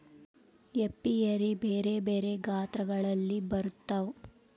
apiary ಬೆರೆ ಬೆರೆ ಗಾತ್ರಗಳಲ್ಲಿ ಬರುತ್ವ